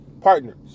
partners